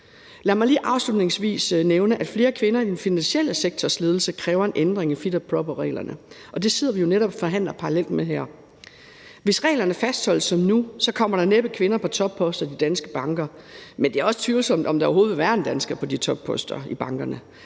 Lad mig lige afslutningsvis nævne, at flere kvinder i den finansielle sektors ledelser kræver en ændring i fit and proper-reglerne, og det sidder vi jo netop og forhandler parallelt om her. Hvis reglerne fastholdes som nu, kommer der næppe kvinder på topposter i de danske banker, men det er også tvivlsomt, om der overhovedet vil være en dansker på de topposter i bankerne.